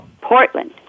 Portland